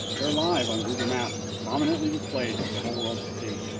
they're live on google maps, prominently displayed for the whole world to see.